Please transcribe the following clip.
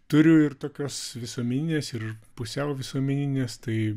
turiu ir tokios visuomeninės ir pusiau visuomeninės tai